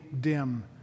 dim